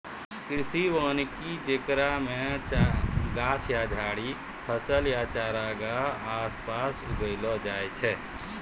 कृषि वानिकी जेकरा मे गाछ या झाड़ि फसल या चारगाह के आसपास उगैलो जाय छै